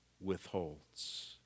withholds